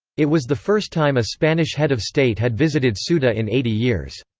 it was the first time a spanish head of state had visited ceuta in eighty years.